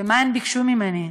ומה הן ביקשו ממני?